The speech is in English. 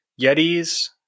Yetis